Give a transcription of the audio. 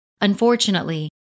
Unfortunately